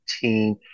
team